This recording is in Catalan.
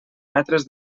metres